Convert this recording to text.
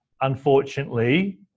unfortunately